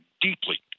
deeply